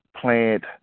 plant